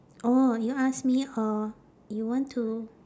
orh you ask me or you want to